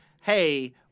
hey